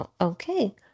okay